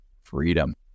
freedom